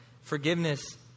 Forgiveness